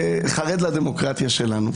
חרד לדמוקרטיה שלנו.